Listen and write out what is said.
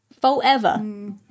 Forever